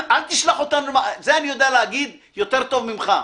אל תשלח אותנו, זה אני יודע להגיד יותר טוב ממך.